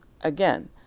Again